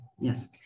yes